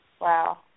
Wow